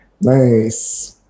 Nice